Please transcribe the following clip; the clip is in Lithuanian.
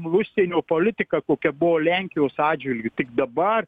užsienio politika kokia buvo lenkijos atžvilgiu tik dabar